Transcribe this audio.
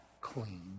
clean